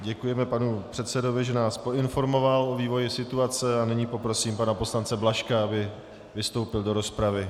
Děkujeme panu předsedovi, že nás poinformoval o vývoji situace a nyní poprosím pana poslance Blažka, aby vystoupil v rozpravě.